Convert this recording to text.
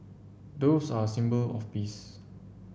doves are symbol of peace